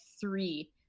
three